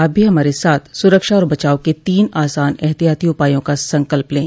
आप भी हमारे साथ सुरक्षा और बचाव के तीन आसान एहतियाती उपायों का संकल्प लें